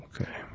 Okay